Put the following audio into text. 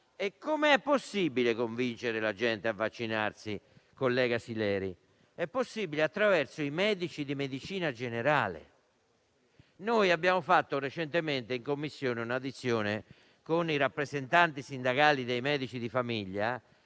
E come è possibile convincere la gente a vaccinarsi, collega Sileri? È possibile attraverso i medici di medicina generale. Recentemente, abbiamo tenuto un'audizione in Commissione con i rappresentanti sindacali dei medici di famiglia,